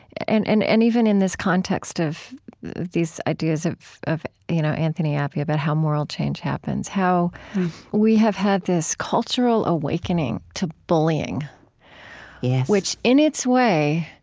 and and and even in this context of these ideas of of you know anthony appiah, about how moral change happens. how we have had this cultural awakening awakening to bullying yes which, in its way,